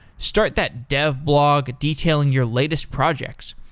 start that dev blog detailing your latest projects.